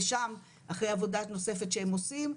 ושם אחרי עבודה נוספת שהם עושים,